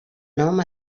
nom